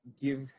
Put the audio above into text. give